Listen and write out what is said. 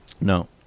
No